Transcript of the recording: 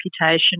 reputation